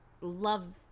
Love